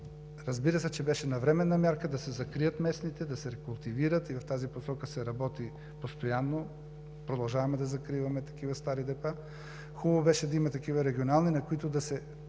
Разбира се, че беше навременна мярка да се закрият местните, да се рекултивират и в тази посока се работи постоянно, продължаваме да закриваме такива стари депа. Хубаво беше да има такива регионални, по този начин